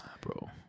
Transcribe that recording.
bro